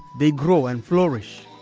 they grow and flourish